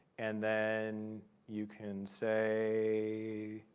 and then you can say,